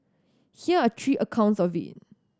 here are three accounts of it